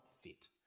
fit